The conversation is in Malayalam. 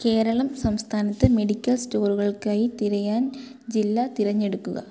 കേരളം സംസ്ഥാനത്ത് മെഡിക്കൽ സ്റ്റോറുകൾക്കായി തിരയാൻ ജില്ല തിരഞ്ഞെടുക്കുക